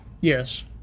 Yes